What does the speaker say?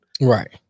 Right